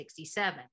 1967